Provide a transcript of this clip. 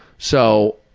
so,